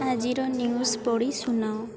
ଆଜିର ନ୍ୟୁଜ୍ ପଢ଼ି ଶୁଣାଓ